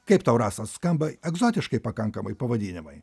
kaip tau rasa skamba egzotiškai pakankamai pavadinimai